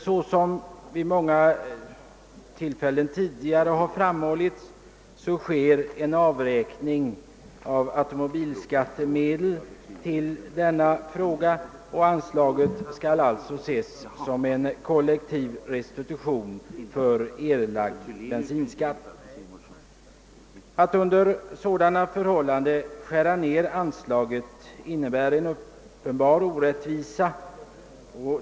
Såsom framhållits vid många tidigare tillfällen sker en avräkning av automobilskattemedel till denna verksamhet, och anslaget skall alltså ses som en kollektiv restitution för erlagd bensinskatt. Att under sådana förhållanden skära ned anslaget innebär en uppenbar orättvisa.